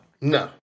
No